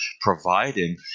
providing